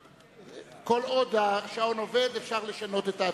כל עוד השעון עובד אפשר לשנות את ההצבעה.